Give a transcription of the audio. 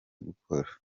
gukora